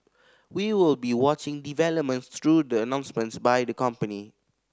we will be watching developments through the announcements by the company